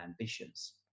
ambitions